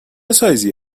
سایزی